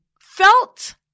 Felt